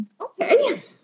okay